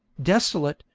desolate,